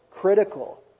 critical